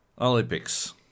Olympics